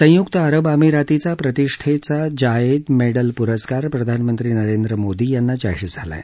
संय्क्त अरब अमिरातीचा प्रतिष्ठेचा जायेद मेडल प्रस्कार प्रधानमंत्री नरेंद्र मोदी यांना जाहीर झाला आहे